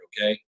okay